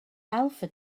alpha